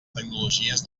tecnologies